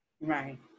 Right